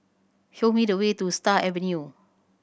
show me the way to Star Avenue